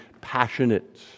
passionate